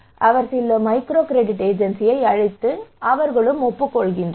எனவே அவர் சில மைக்ரோ கிரெடிட் ஏஜென்சியை அழைத்து ஒப்புக்கொள்கிறார்